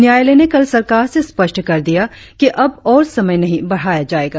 न्यायालय ने कल सरकार से स्पष्ट कर दिया कि अब और समय नही बढ़ाया जाएगा